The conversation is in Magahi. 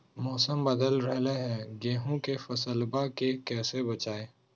मौसम बदल रहलै है गेहूँआ के फसलबा के कैसे बचैये?